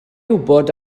wybod